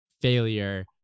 failure